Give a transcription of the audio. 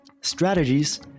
strategies